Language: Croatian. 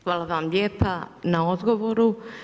Hvala vam lijepa na odgovoru.